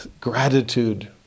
gratitude